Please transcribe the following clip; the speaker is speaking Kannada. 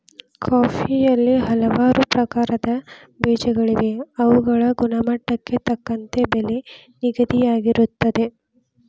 ಕಾಫಿಯಲ್ಲಿ ಹಲವಾರು ಪ್ರಕಾರದ ಬೇಜಗಳಿವೆ ಅವುಗಳ ಗುಣಮಟ್ಟಕ್ಕೆ ತಕ್ಕಂತೆ ಬೆಲೆ ನಿಗದಿಯಾಗಿರುತ್ತದೆ